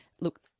look